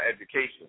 education